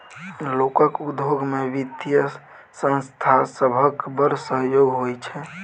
लोकक उद्योग मे बित्तीय संस्था सभक बड़ सहयोग होइ छै